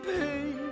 pain